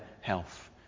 health